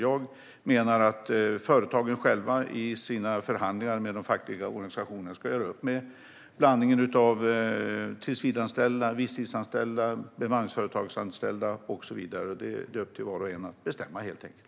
Jag menar att företagen själva i sina förhandlingar med de fackliga organisationerna ska göra upp om blandningen av tillsvidareanställda, visstidsanställda, bemanningsföretagsanställda och så vidare. Det är upp till var och en att bestämma, helt enkelt.